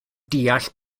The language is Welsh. deall